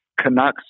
Canucks